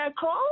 call